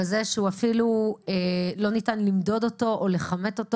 כזה שאפילו לא ניתן למדוד או לכמת אותו